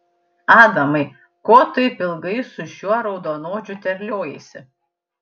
adamai ko taip ilgai su šiuo raudonodžiu terliojaisi